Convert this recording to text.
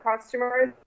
customers